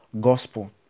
gospel